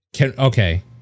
okay